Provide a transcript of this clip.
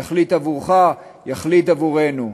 יחליט עבורך, יחליט עבורנו.